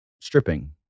stripping